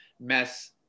mess